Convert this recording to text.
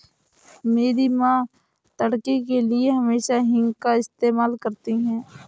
मेरी मां तड़के के लिए हमेशा हींग का इस्तेमाल करती हैं